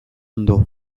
ondo